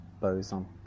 boson